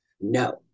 No